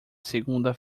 segunda